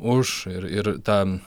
už ir ir ten